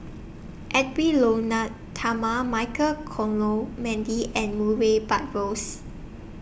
Edwy Lyonet Talma Michael and Murray Buttrose